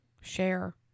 share